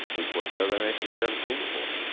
it worked better than anything we'd ever seen before.